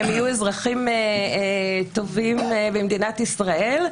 והם יהיו אזרחים טובים במדינת ישראל,